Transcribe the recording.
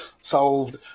solved